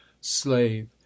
slave